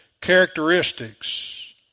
characteristics